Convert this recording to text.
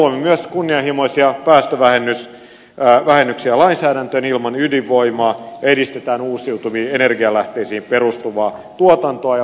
haluamme myös kunnianhimoisia päästövähennyksiä lainsäädäntöön ilman ydinvoimaa ja edistämme uusiutuviin energialähteisiin perustuvaa tuotantoa ja luonnonsuojelua